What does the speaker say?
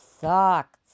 sucked